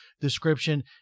description